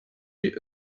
sie